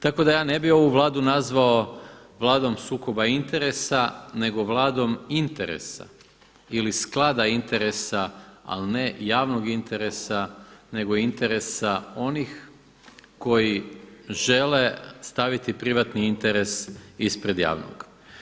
Tako da ja ne bi ovu Vladu nazvao Vladom sukoba interesa nego Vladom interesa ili sklada interesa, ali ne javnog interesa nego interesa onih koji žele staviti privatni interes ispred javnog.